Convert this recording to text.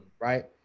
right